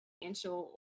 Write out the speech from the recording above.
financial